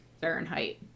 Fahrenheit